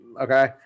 Okay